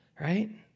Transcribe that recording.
right